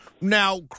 Now